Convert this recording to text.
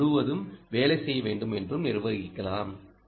S முழுவதும் வேலை செய்ய வேண்டும் என்றும் நிர்வகிக்கலாம்